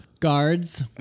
Guards